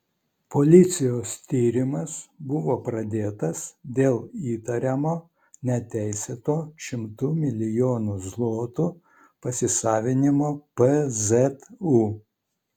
policijos tyrimas buvo pradėtas dėl įtariamo neteisėto šimtų milijonų zlotų pasisavinimo pzu